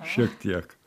šiek tiek